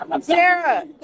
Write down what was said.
Sarah